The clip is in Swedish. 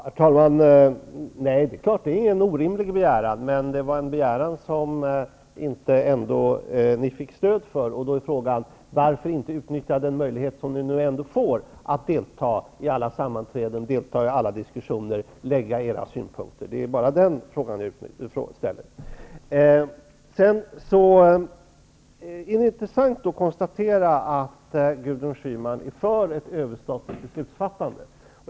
Herr talman! Nej, det är naturligtvis inte en orimlig begäran, men det är en begäran som ni ändå inte fick stöd för. Då är frågan: Varför inte utnyttja den möjlighet som ni nu ändå får att delta i alla sammanträden och diskussioner och lämna era synpunkter? Det är bara den fråga jag ställer. Det är intressant att konstatera att Gudrun Schyman är för ett överstatligt beslutsfattande.